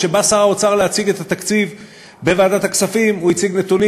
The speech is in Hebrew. כשבא שר האוצר להציג את התקציב בוועדת הכספים הוא הציג נתונים.